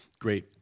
great